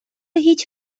هیچ